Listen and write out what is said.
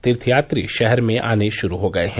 तीर्थयात्री शहर में आने शुरू हो गये हैं